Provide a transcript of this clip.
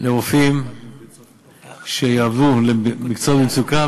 לרופאים שיעבדו במקצועות במצוקה,